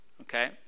Okay